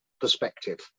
perspective